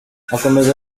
akomeza